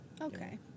Okay